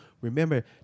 Remember